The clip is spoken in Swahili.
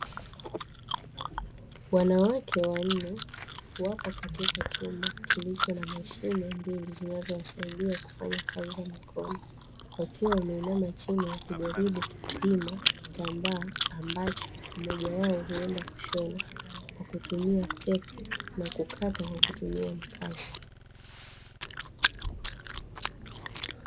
Wanawake wanne wapo katika chumba kilicho na mashine mbili zinazowasaidia kufanya kazi za mikono, wakiwa wameinama chini wakijaribu kupima kitambaa ambacho mmoja wao huenda kushona kwa kutumia tepu na kukata kwa kutumia mkasi.